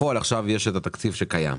בפועל יש היום תקציב.